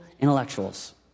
intellectuals